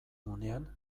unean